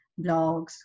blogs